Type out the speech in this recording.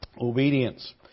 obedience